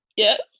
Yes